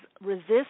resist